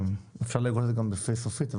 אפשר לבטא את זה גם בפ' סופית,